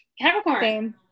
Capricorn